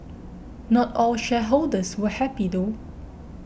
not all shareholders were happy though